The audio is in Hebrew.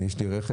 יש לי רכב,